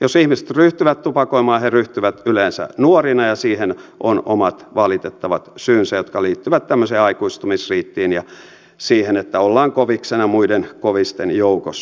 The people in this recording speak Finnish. jos ihmiset ryhtyvät tupakoimaan he ryhtyvät yleensä nuorina ja siihen on omat valitettavat syynsä jotka liittyvät tämmöiseen aikuistumisriittiin ja siihen että ollaan koviksena muiden kovisten joukossa